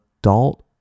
adult